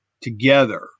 together